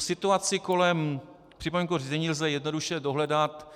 Situaci kolem připomínkového řízení lze jednoduše dohledat